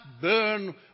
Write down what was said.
burn